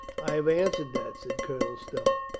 i have answered that, said colonel stow.